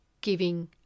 giving